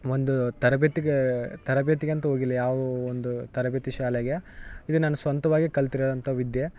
ಒಂದು ತರಬೇತಿಗೆ ತರಬೇತಿಗಂತು ಹೋಗಿಲ್ಲ ಯಾವುವು ಒಂದು ತರಬೇತಿ ಶಾಲೆಗೆ ಇದು ನಾನು ಸ್ವಂತವಾಗಿ ಕಲ್ತಿರೋಂಥ ವಿದ್ಯೆ